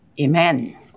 Amen